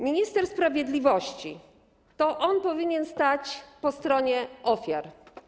Minister sprawiedliwości powinien stać po stronie ofiar.